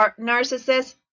narcissist